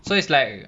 so is like